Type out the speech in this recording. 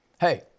hey